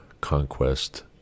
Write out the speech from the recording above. conquest